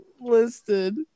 listed